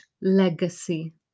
legacy